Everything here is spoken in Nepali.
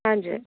हजुर